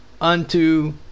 unto